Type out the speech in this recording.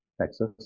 Texas